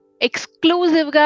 exclusive